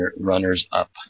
runners-up